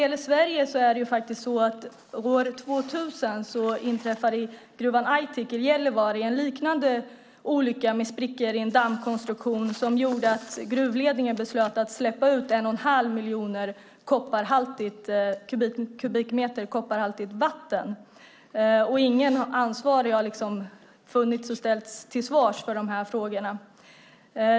I Sverige inträffade år 2000 en liknande olycka med sprickor i en dammkonstruktion i gruvan Aitik i Gällivare. Det gjorde att gruvledningen beslutade att släppa ut en och en halv miljon kubikmeter kopparhaltigt vatten, och ingen ansvarig har ställts till svars för detta.